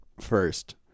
first